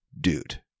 dude